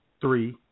three